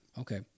okay